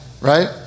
Right